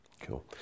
Cool